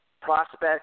prospect